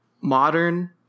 Modern